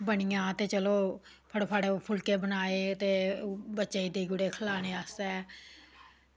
बनी जा ते चलो फटाफचट फुल्के बनाए ते बच्चें गी टिक्कड़े खलाने आस्तै